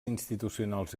institucionals